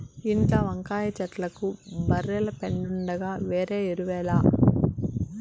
ఇంట్ల వంకాయ చెట్లకు బర్రెల పెండుండగా వేరే ఎరువేల